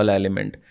element